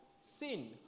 sin